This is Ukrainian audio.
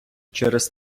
через